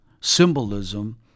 symbolism